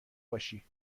باشی